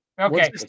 Okay